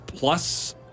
Plus